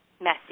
messy